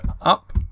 up